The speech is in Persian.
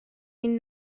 این